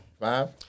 Five